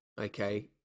Okay